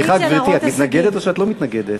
סליחה, גברתי, את מתנגדת או לא מתנגדת?